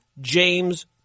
James